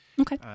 okay